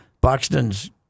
Buxton's